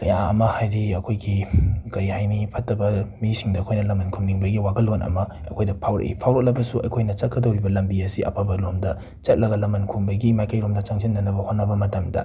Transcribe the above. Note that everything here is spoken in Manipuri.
ꯀꯌꯥ ꯑꯃ ꯍꯥꯏꯗꯤ ꯑꯩꯈꯣꯏꯒꯤ ꯀꯩ ꯍꯥꯏꯅꯤ ꯐꯠꯇꯕ ꯃꯤꯁꯤꯡꯗ ꯑꯩꯈꯣꯏꯅ ꯂꯃꯟ ꯈꯨꯝꯅꯤꯡꯕꯒꯤ ꯋꯥꯈꯜꯂꯣꯟ ꯑꯃ ꯑꯩꯈꯣꯏꯗ ꯐꯥꯎꯔꯛꯏ ꯐꯥꯎꯔꯛꯂꯕꯁꯨ ꯑꯩꯈꯣꯏꯅ ꯆꯠꯀꯗꯧꯔꯤꯕ ꯂꯝꯕꯤ ꯑꯁꯤ ꯑꯐꯕꯂꯣꯝꯗ ꯆꯠꯂꯒ ꯂꯃꯟ ꯈꯨꯝꯕꯒꯤ ꯃꯥꯏꯀꯩꯔꯣꯝꯗ ꯆꯪꯁꯤꯟꯗꯅꯕ ꯍꯣꯠꯅꯕ ꯃꯇꯝꯗ